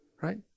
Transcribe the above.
right